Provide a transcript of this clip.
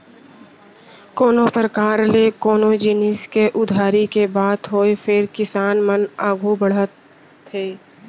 कोनों परकार ले कोनो जिनिस के उधारी के बात होय फेर किसान मन आघू बढ़त हे